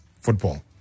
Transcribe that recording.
football